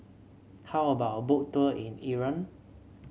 how about a Boat Tour in Iran